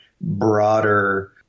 broader